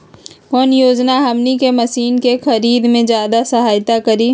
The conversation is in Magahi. कौन योजना हमनी के मशीन के खरीद में ज्यादा सहायता करी?